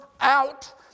out